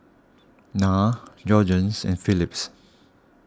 Nan Jergens and Philips